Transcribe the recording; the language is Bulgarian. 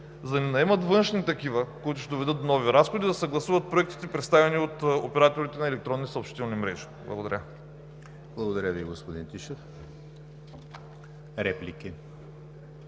за да не наемат външни такива, които ще доведат до нови разходи, а да съгласуват проектите, представени от операторите на електронни съобщителни мрежи. Благодаря. ПРЕДСЕДАТЕЛ ЕМИЛ ХРИСТОВ: Благодаря Ви, господин Тишев. Реплики?